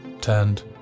turned